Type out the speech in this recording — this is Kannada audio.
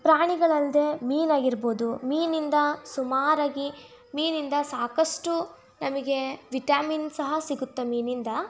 ಪ್ರಾಣಿಗಳಲ್ಲದೇ ಮೀನು ಆಗಿರ್ಬೋದು ಮೀನಿಂದ ಸುಮಾರಾಗಿ ಮೀನಿಂದ ಸಾಕಷ್ಟು ನಮಗೆ ವಿಟಮಿನ್ ಸಹ ಸಿಗುತ್ತೆ ಮೀನಿಂದ